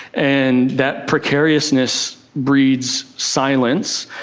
and that precariousness breeds silence,